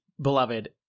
beloved